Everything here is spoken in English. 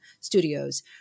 studios